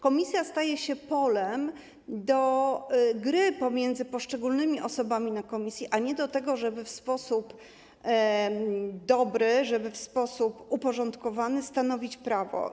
Komisja staje się polem do gry pomiędzy poszczególnymi osobami na posiedzeniu komisji, a nie do tego, żeby w sposób dobry, w sposób uporządkowany stanowić prawo.